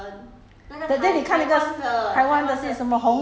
平常没有听到你这样喊